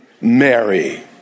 Mary